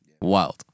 wild